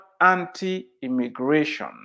anti-immigration